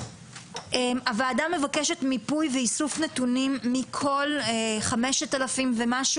הוועדה מבקשת מיפוי ואיסוף נתונים מכל 5,000 ומשהו